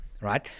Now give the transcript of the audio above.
right